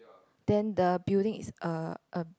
then the building is a a